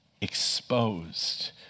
exposed